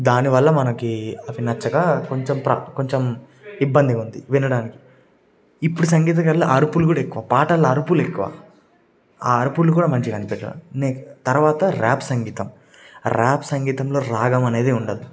దానివల్ల మనకి అవి నచ్చక కొంచెం ప్రా కొంచెం ఇబ్బందిగా ఉంది వినడానికి ఇప్పుడు సంగీతకారులు అరుపులు కూడ ఎక్కువ పాటలు అరుపులు ఎక్కువ ఆ అరుపులు కూడ మంచిగా అనిపియ్యట్లా నెన్ తరవాత ర్యాప్ సంగీతం ర్యాప్ సంగీతంలో రాగం అనేది ఉండదు